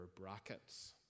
brackets